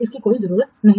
की जरूरत नहीं है